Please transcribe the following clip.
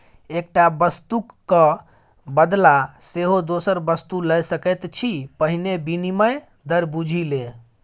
एकटा वस्तुक क बदला सेहो दोसर वस्तु लए सकैत छी पहिने विनिमय दर बुझि ले